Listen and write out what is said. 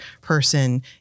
person